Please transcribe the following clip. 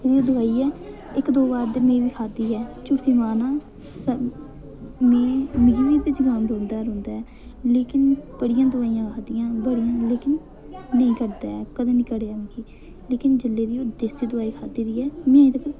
ते ओह दोआई ऐ इक दो बार में बी खाद्धी ऐ में मी ते जकाम चलदा रौंह्दा ऐ लेकिन बड़ियां दोआइयां खाद्धियां लेकिन जेल्लै दी देसी दोआई खाद्धी दी ऐ